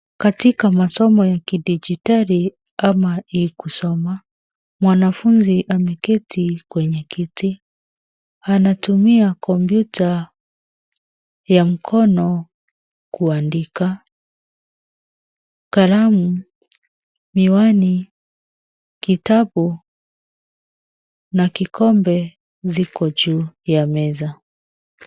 Katika masomo ya kidigitali kama e-kusoma. Mwanafunzi ameketi kwenye kiti anatumia kompyuta ya mkono kuandika. Kalamu, miwani, kitabu na kikombe viko juu ya meza.